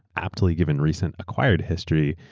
absolutely given recent acquired history,